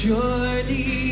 Surely